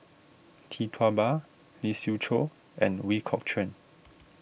Tee Tua Ba Lee Siew Choh and Ooi Kok Chuen